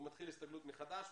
הוא מתחיל הסתגלות מחדש,